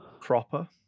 proper